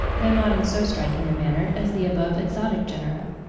though not in so striking a manner, as the above exotic genera.